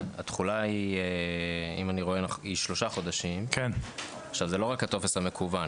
התחולה היא שלושה חודשים ולא מדובר רק בטופס מקוון.